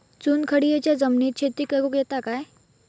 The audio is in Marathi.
चुनखडीयेच्या जमिनीत शेती करुक येता काय?